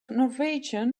norwegian